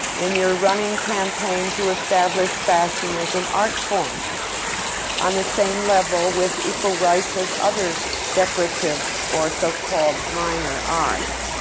in your running campaign to establish fashion as an art form on the same level, with equal rights, as other decorative or so-called minor arts.